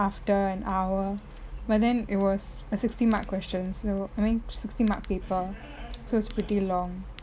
after an hour but then it was a sixty mark question so I mean sixty mark paper so it's pretty long